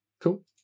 cool